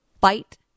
fight